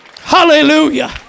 Hallelujah